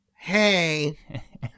hey